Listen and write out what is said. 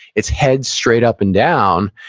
it's head straight up and down.